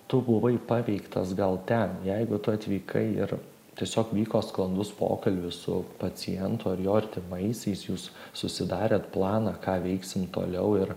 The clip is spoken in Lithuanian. tu buvai paveiktas gal ten jeigu tu atvykai ir tiesiog vyko sklandus pokalbis su pacientu ar jo artimaisiais jūs susidarėt planą ką veiksim toliau ir